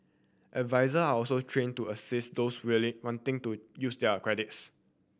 adviser are also trained to assist those really wanting to use their credits